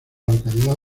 localidad